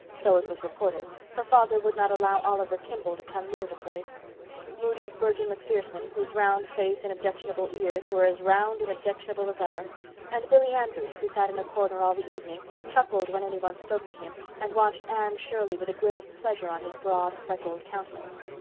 so it was reported, her father would not allow oliver kimball to come near the place moody spurgeon macpherson, whose round face and objectionable ears were as round and objectionable as ever and billy andrews, who sat in a corner all the evening, chuckled when any one spoke to him, and watched anne shirley with a grin of pleasure on his broad, freckled countenance.